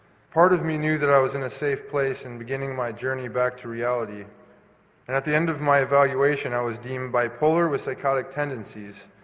part of me knew that i was in a safe place and beginning my journey back to reality, and at the end of my evaluation i was deemed bipolar with psychotic tendencies,